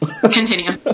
continue